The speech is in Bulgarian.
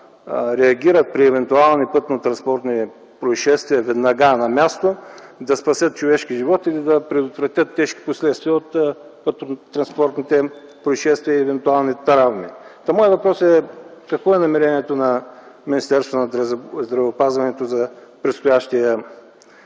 реагират при евентуални пътнотранспортни произшествия – веднага на място да спасят човешки живот или да предотвратят тежки последствия от пътнотранспортните произшествия и евентуални травми. Моят въпрос е: какво е намерението на Министерството на здравеопазването за предстоящия